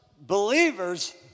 believers